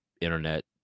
internet